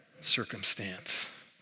circumstance